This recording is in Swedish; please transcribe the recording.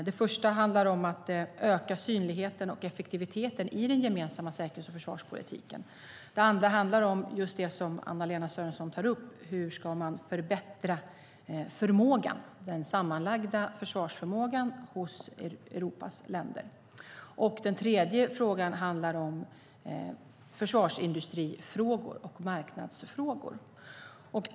Den första delen handlar om att öka synligheten och effektiviteten i den gemensamma säkerhets och försvarspolitiken. Den andra delen handlar om just det som Anna-Lena Sörenson tar upp, nämligen hur man ska förbättra den sammanlagda försvarsförmågan hos Europas länder. Den tredje delen handlar om försvarsindustri och marknadsfrågor.